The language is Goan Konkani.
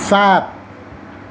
सात